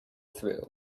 through